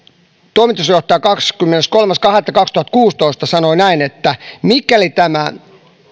toimitusjohtaja kahdeskymmeneskolmas toista kaksituhattakuusitoista sanoi että mikäli